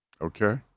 Okay